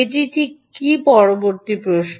এটি ঠিক পরবর্তী প্রশ্ন